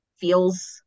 feels